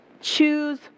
choose